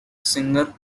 singer